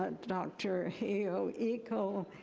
ah dr. heo iko,